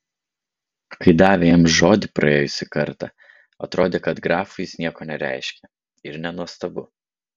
kai davė jam žodį praėjusį kartą atrodė kad grafui jis nieko nereiškia ir nenuostabu